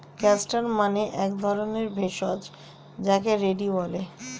castor মানে এক ধরণের ভেষজ যাকে রেড়ি বলে